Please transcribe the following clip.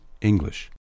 English